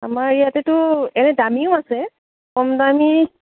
আমাৰ ইয়াতেতো এনে দামীও আছে কম দামী